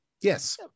Yes